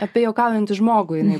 apie juokaujantį žmogų jinai